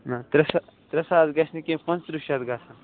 نہ ترٛےٚ سا ترےٚ ساس گژھِ نہٕ کینٛہہ پانٛژھ تٕرٛہ شَتھ گژھن